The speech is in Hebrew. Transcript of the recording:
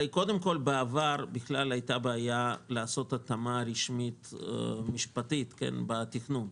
בעבר הייתה בעיה לעשות התאמה רשמית משפטית בתכנון,